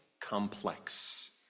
complex